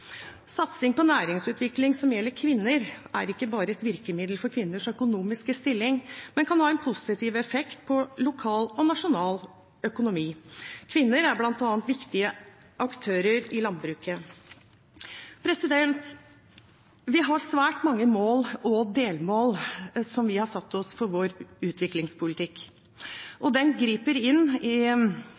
Satsing på næringsutvikling som gjelder kvinner, er ikke bare et virkemiddel for kvinners økonomiske stilling, men kan ha en positiv effekt på lokal og nasjonal økonomi. Kvinner er bl.a. viktige aktører i landbruket. Vi har svært mange mål og delmål som vi har satt for vår utviklingspolitikk, og den griper inn i